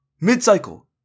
mid-cycle